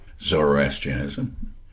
Zoroastrianism